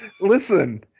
listen